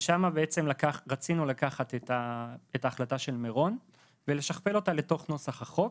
בזה רצינו לקחת את ההחלטה של מירון ולשכפל אותה לתוך נוסח החוק,